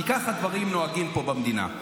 כי ככה דברים נוהגים פה במדינה.